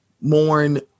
mourn